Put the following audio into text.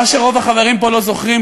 מה שרוב החברים כאן לא זוכרים,